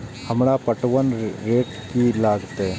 हमरा पटवन रेट की लागते?